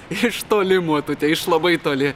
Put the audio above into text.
iš toli motute iš labai toli